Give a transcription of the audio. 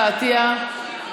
לוועדה שתקבע ועדת הכנסת נתקבלה.